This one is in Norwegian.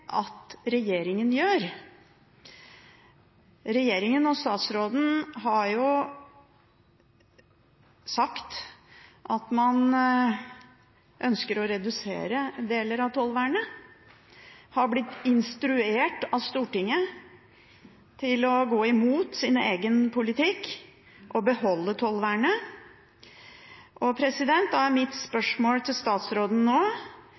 at regjeringen gjør. Regjeringen og statsråden har sagt at en ønsker å redusere deler av tollvernet, men har blitt instruert av Stortinget til å gå imot sin egen politikk og beholde tollvernet. Da er mitt spørsmål til statsråden nå: